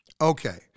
Okay